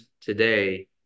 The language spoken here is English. today